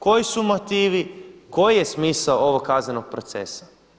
Koji su motivi, koji je smisao ovog kaznenog procesa?